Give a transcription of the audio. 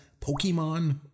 Pokemon